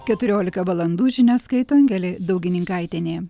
keturiolika valandų žinias skaito angelė daugininkaitienė